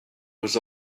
was